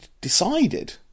decided